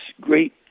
great